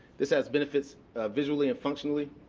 this has benefits visually and functionally.